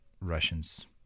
Russians